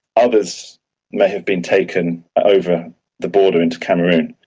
others may have been taken over the border into cameroon,